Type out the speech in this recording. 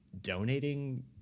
donating